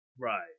Right